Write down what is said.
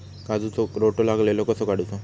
काजूक रोटो लागलेलो कसो काडूचो?